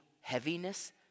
heaviness